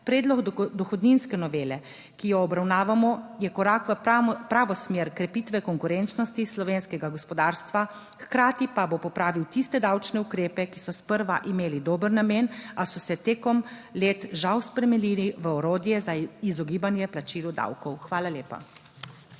Predlog dohodninske novele, ki jo obravnavamo, je korak v pravo smer krepitve konkurenčnosti slovenskega gospodarstva, hkrati pa bo popravil tiste davčne ukrepe, ki so sprva imeli dober namen, a so se tekom let, žal, spremenili v orodje za izogibanje plačilu davkov. Hvala lepa.